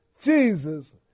Jesus